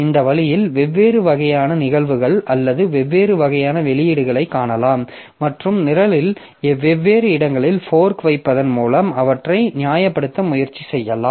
இந்த வழியில் வெவ்வேறு வகையான நிகழ்வுகள் அல்லது வெவ்வேறு வகையான வெளியீடுகளைக் காணலாம் மற்றும் நிரலில் வெவ்வேறு இடங்களில் ஃபோர்க் வைப்பதன் மூலம் அவற்றை நியாயப்படுத்த முயற்சி செய்யலாம்